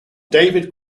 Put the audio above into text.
david